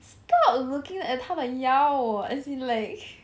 stop looking at 她的腰 as in like